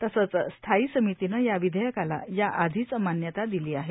तसंचए स्थायी समितीनं या विधेयकाला या आधीच मान्यता दिली आहे